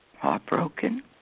Heartbroken